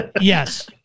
Yes